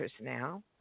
now